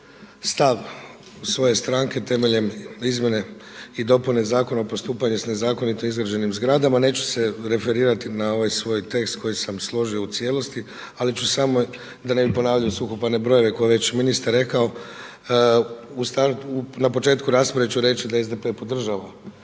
stav svoje stranke temeljem izmjene i dopune Zakona o postupanju s nezakonito izgrađenim zgradama. Neću se referirati na ovaj svoj tekst koji sam složio u cijelosti, ali ću samo da ne bi ponavljao suhoparne brojeve koje je već ministar rekao na početku rasprave ću reći da SDP-e podržava